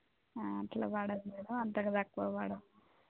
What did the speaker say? అట్లా పడదు మేడం అంతగా తక్కువ పడవు